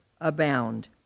abound